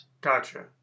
Gotcha